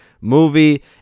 movie